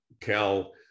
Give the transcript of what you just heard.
Cal